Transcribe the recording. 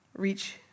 reach